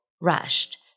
rushed